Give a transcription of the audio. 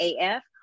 AF